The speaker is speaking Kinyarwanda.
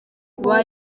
kuba